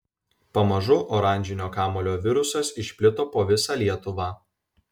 pamažu oranžinio kamuolio virusas išplito po visą lietuvą